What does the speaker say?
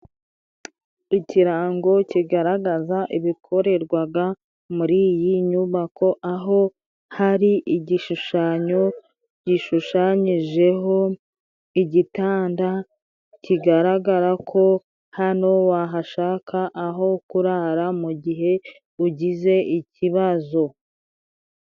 Ikirango kigaragaza ibikorerwaga muri iyi nyubako aho hari igishushanyo gishushanyijeho igitanda kigaragara ko hano wahashaka aho kurara mu gihe ugize ikibazo.